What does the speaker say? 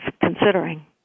considering